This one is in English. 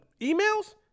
emails